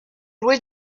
jouer